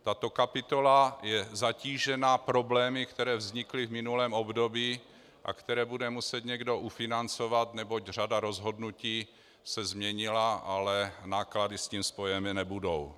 Tato kapitola je zatížena problémy, které vznikly v minulém období a které bude muset někdo ufinancovat, neboť řada rozhodnutí se změnila, ale náklady s tím spojeny nebudou.